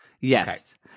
Yes